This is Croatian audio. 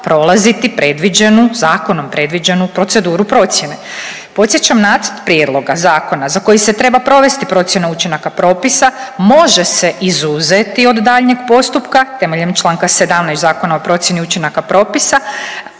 predviđenu, zakonom predviđenu proceduru procjene. Podsjećam nacrt prijedloga zakona za koji se treba provesti procjena učinaka propisa može se izuzeti od daljnjeg postupka temeljem čl. 17. Zakona o procjeni učinaka propisa